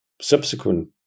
subsequent